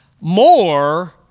more